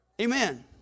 Amen